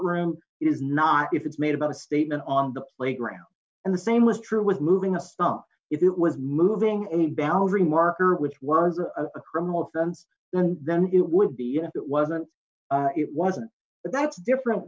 it is not if it's made about a statement on the playground and the same was true with moving the stuff if it was moving a boundary marker which was a criminal offense then then it would be if it wasn't it wasn't but that's different